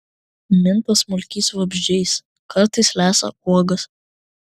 minta smulkiais vabzdžiais kartais lesa uogas